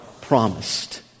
promised